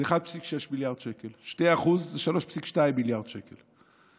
זה 1.6 מיליארד שקל, 2% זה 3.2 מיליארד שקל.